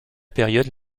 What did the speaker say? période